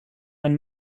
ein